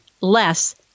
less